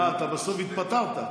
אה, אתה בסוף התפטרת.